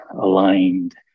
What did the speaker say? aligned